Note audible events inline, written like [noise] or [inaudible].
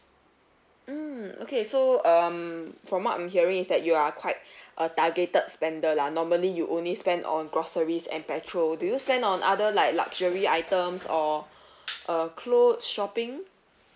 mm okay so um from what I'm hearing is that you are quite [breath] a targeted spender lah normally you only spend on groceries and petrol do you spend on other like luxury items or uh clothes shopping